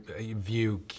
view